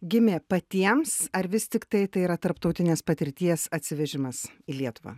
gimė patiems ar vis tiktai tai yra tarptautinės patirties atsivežimas į lietuvą